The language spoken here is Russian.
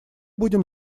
будем